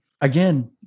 Again